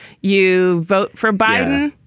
you vote for biden,